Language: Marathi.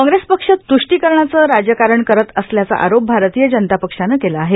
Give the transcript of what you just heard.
काँग्रेस पक्ष तुष्टीकरणाचं राजकारण करत असल्याचा आरोप भारतीय जनता पक्षानं केता आहे